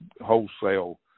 wholesale